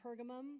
Pergamum